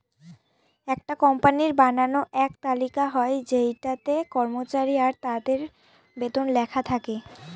একটা কোম্পানির বানানো এক তালিকা হয় যেটাতে কর্মচারী আর তাদের বেতন লেখা থাকে